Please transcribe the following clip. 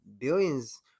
billions